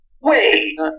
Wait